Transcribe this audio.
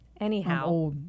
Anyhow